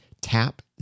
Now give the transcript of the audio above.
tap